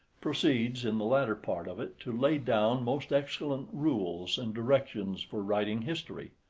proceeds, in the latter part of it, to lay down most excellent rules and directions for writing history.